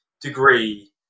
degree